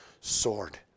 sword